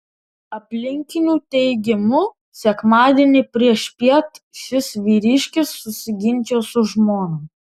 aplinkinių teigimu sekmadienį priešpiet šis vyriškis susiginčijo su žmona